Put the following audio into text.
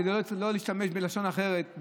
כדי לא להשתמש בלשון אחרת,